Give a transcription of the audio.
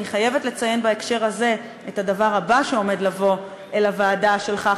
אני חייבת לציין בהקשר הזה את הדבר שעומד לבוא אל הוועדה שלך,